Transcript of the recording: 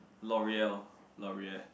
Loreal Loreal